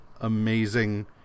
amazing